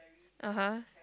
(uh huh)